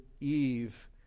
Eve